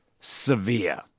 severe